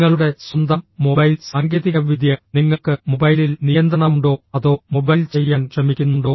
നിങ്ങളുടെ സ്വന്തം മൊബൈൽ സാങ്കേതികവിദ്യ നിങ്ങൾക്ക് മൊബൈലിൽ നിയന്ത്രണമുണ്ടോ അതോ മൊബൈൽ ചെയ്യാൻ ശ്രമിക്കുന്നുണ്ടോ